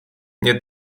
nie